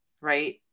right